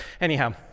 anyhow